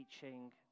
teaching